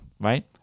Right